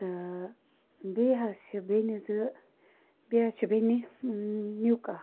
تہٕ بیٚیہِ حظ چھِ بیٚنہِ زٕ بیٚیہِ حظ چھِ بیٚنہِ نیُک اکھ